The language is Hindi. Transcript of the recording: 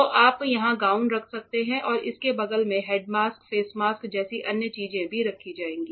तो आप यहां गाउन रख सकते हैं और इसके बगल में हेड मास्क फेस मास्क जैसी अन्य चीजें भी रखी जाएंगी